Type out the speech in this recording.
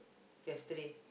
yesterday